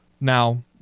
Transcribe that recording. Now